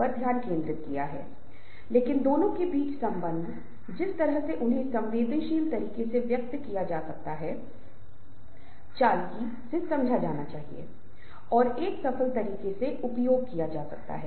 अब अपने पिछले व्याख्यानों में मैंने पहले ही बता दिया है कि किस तरह से कार्य करना है और विशेष रूप से वे कैसे संवाद करते हैं और कैसे हम समूह को बहुत प्रभावी बना सकते हैं